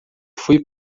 fui